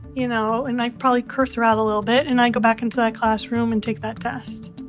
you know, and i'd probably curse her out a little bit, and i'd go back into that classroom and take that test.